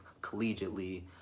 collegiately